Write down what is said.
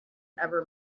ever